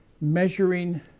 measuring